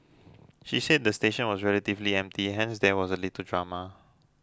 she said the station was relatively empty hence there was little drama